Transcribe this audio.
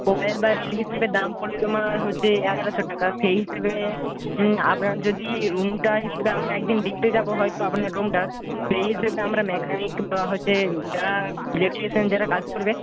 coil বা reel হিসাবে দাম পড়বে তোমার হচ্ছে এগারোশো টাকা সেই হিসেবে আপনার যদি রুমটা হিসেবে আমরা একদিন দেখতে যাবো হয়তো আপনার রুমটা সেই হিসেবে আমরা মেকানিক বা হচ্ছে যারা ইলেকট্রিশিয়ান যারা কাজ করবে